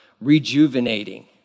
rejuvenating